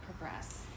progress